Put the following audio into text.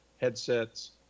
headsets